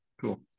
Cool